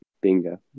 bingo